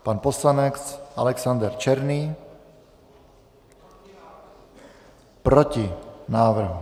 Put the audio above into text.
Pan poslanec Alexander Černý: Proti návrhu.